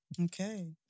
Okay